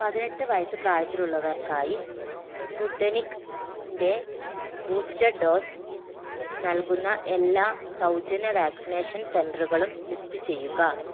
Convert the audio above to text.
പതിനെട്ട് വയസ്സ് പ്രായത്തിലുള്ളവർക്കായി സ്പുട്നികിന്റെ ബൂസ്റ്റർ ഡോസ് നൽകുന്ന എല്ലാ സൗജന്യ വാക്സിനേഷൻ സെൻറ്ററുകളും ലിസ്റ്റ് ചെയ്യുക